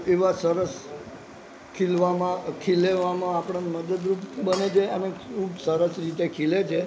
એવા સરસ ખીલવામાં આપણે મદદરૂપ બને છે અને ખૂબ સરસ રીતે ખીલે છે